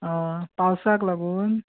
आं पावसाक लागून